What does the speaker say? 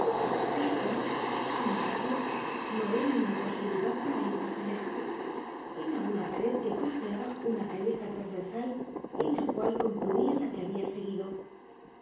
esta sin embargo no era una imposibilidad para ir mas allá era una pared que costeaba una calleja trasversal en la cual concluia la que habia seguido